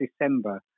December